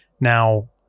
now